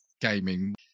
gaming